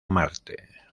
marte